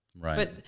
Right